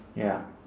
ya